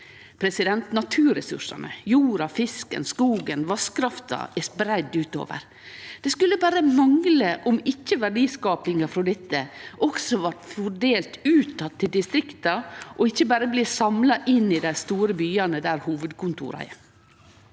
er. Naturressursane – jorda, fisken, skogen og vasskrafta – er spreidde utover. Det skulle berre mangle om ikkje verdiskapinga frå dette også blei fordelt ut att til distrikta og ikkje berre blir samla inn i dei store byane der hovudkontora er.